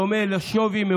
אני חושב שאם זה האירוע,